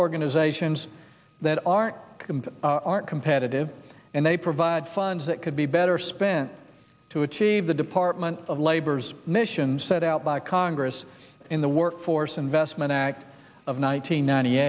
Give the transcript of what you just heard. organizations that aren't aren't competitive and they provide funds that could be better spent to achieve the department of labor's mission set out by congress in the workforce investment act of one nine